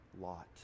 lot